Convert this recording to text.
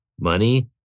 money